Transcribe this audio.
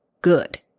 good